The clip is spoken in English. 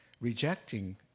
rejecting